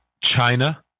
China